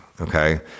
okay